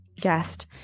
guest